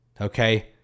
Okay